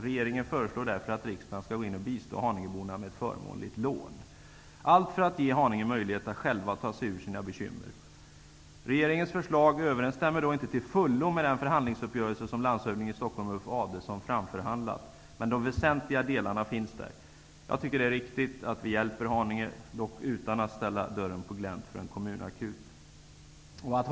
Regeringen föreslår därför att riksdagen skall bistå haningeborna med ett förmånligt lån, allt för att ge Haninge kommun möjlighet att själv ta sig ur sina bekymmer. Regeringens förslag överensstämmer inte till fullo med den förhandlingsuppgörelse som landshövding Ulf Adelsohn framförhandlat. De väsentliga delarna finns dock med. Jag tycker att det är riktigt att vi hjälper Haninge, dock utan att ställa dörren på glänt till en kommunakut.